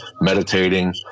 meditating